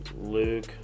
Luke